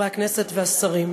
והשרים,